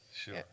sure